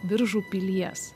biržų pilies